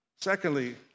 Secondly